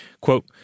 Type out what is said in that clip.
Quote